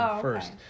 first